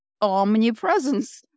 omnipresence